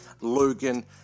Logan